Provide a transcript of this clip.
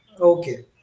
Okay